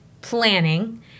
planning